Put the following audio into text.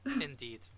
indeed